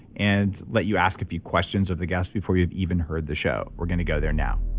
and let you ask a few questions of the guests before you've even heard the show. we're going to go there now